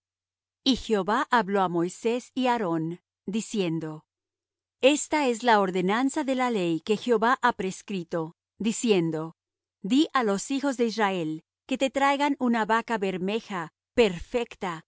y jehová habló á moisés y á aarón diciendo esta es la ordenanza de la ley que jehová ha prescrito diciendo di á los hijos de israel que te traigan una vaca bermeja perfecta